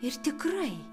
ir tikrai